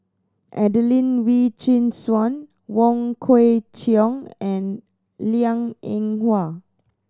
Adelene Wee Chin Suan Wong Kwei Cheong and Liang Eng Hwa